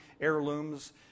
heirlooms